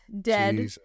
dead